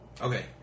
Okay